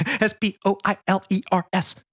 S-P-O-I-L-E-R-S